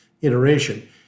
iteration